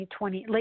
2020